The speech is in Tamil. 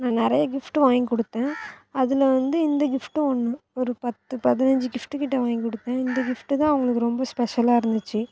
நான் நிறையா கிஃப்ட்டு வாங்கி கொடுத்தேன் அதில் வந்து இந்த கிஃப்ட்டும் வந் ஒரு பத்து பதினெஞ்சி கிஃட்டுக்கிட்ட வாங்கி கொடுத்தேன் இந்த கிஃப்ட்டு தான் அவங்களுக்கு ரொம்ப ஸ்பெசல்லாருந்துச்சி